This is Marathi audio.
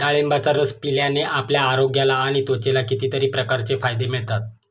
डाळिंबाचा रस पिल्याने आपल्या आरोग्याला आणि त्वचेला कितीतरी प्रकारचे फायदे मिळतात